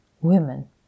women